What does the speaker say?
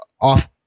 off